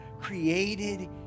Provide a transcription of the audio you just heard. created